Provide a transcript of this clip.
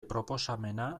proposamena